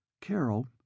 Carol